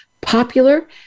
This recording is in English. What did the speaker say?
popular